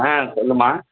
ஆ சொல்லும்மா